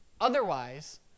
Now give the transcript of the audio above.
otherwise